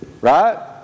Right